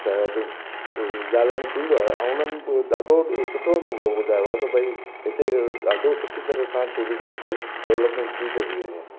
त ॻाल्हाइणु थींदो आहे ऐं उन्हनि बि ॾाढो सुठो अनुभव ॿुधायो आहे त भई हिते ॾाढो सुठी तरह सां टूरिज्म खे डेवलपमेंट की पेई थी वञे